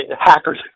hackers